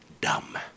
Dumb